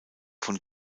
von